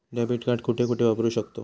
Debit card कुठे कुठे वापरू शकतव?